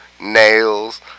nails